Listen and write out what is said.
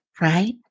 right